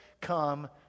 come